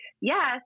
yes